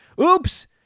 Oops